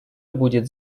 будет